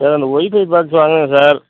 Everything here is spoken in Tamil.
சார் அந்த ஒய்ஃபை பாக்ஸ் வாங்கினேன் சார்